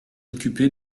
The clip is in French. occupé